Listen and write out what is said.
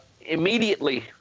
Immediately